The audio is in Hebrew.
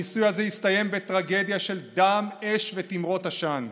הניסוי הזה הסתיים בטרגדיה של דם, אש ותימרות עשן.